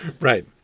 Right